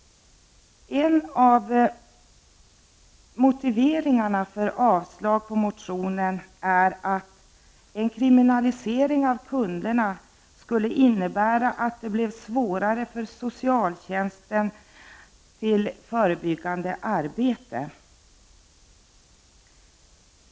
En av motiveringarna för yrkandet om avslag på motionen är att en kriminalisering av kunderna innebär att det blir svårare för socialtjänsten att bedriva förebyggande arbete.